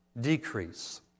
decrease